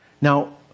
Now